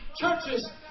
churches